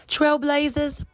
Trailblazers